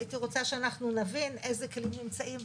הייתי רוצה שאנחנו נבין איזה כלים נמצאים,